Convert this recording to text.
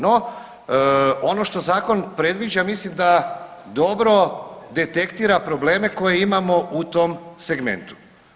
No, ono što zakon predviđa mislim da dobro detektira probleme koje imamo u tom segmentu.